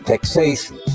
taxation